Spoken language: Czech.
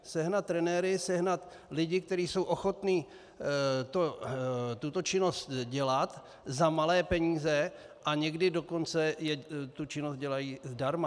Sehnat trenéry, sehnat lidi, kteří jsou ochotní tuto činnost dělat za malé peníze a někdy tu činnost dělají zdarma.